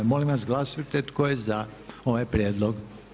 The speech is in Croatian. Molim vas glasujte tko je za ovaj Prijedlog?